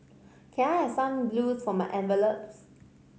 can I have some glue for my envelopes